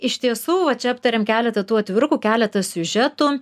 iš tiesų va čia aptarėm keleta tų atvirukų keleta siužetų